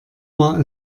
war